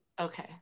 Okay